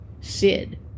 Sid